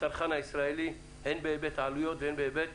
לצרכן הישראלי, הן בהיבט של העלויות והן מבחינת